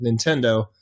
Nintendo